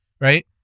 right